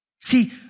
See